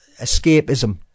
escapism